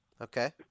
Okay